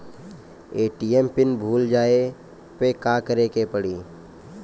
ATM PIN भूल जाए पे का करे के पड़ी?